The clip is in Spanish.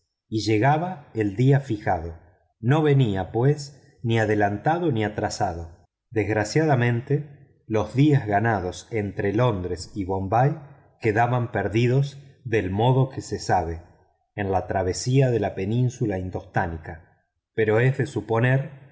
y llegaba el día fijado no tenía pues ni adelanto ni atraso desgraciadamente los días ganados entre londres y bombay quedaban perdidos del modo que se sabe en la travesía de la península indostánica pero es de suponer